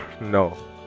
No